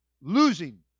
losing